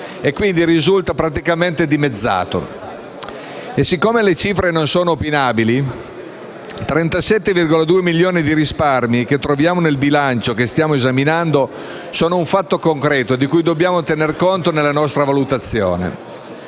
e quindi risulta praticamente dimezzato. E siccome le cifre non sono opinabili, 37,2 milioni di risparmi che troviamo nel bilancio che stiamo esaminando sono un fatto concreto di cui dobbiamo tenere conto nella nostra valutazione.